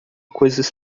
coisas